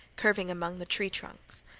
curving among the tree trunks.